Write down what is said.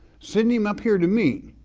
send him up here to me,